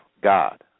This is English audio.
god